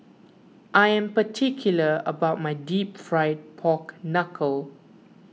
I am particular about my Deep Fried Pork Knuckle